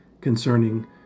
concerning